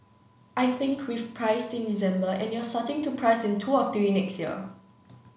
I think we've priced in December and you're starting to price in two or three next year